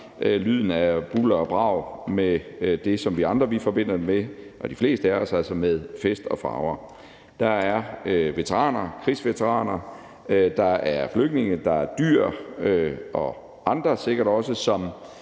lyden af bulder og brag med det, som de fleste af os andre forbinder det med, altså fest og farver. Der er krigsveteraner, der er flygtninge, der er dyr og sikkert også